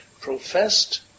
professed